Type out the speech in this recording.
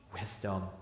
wisdom